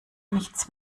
nichts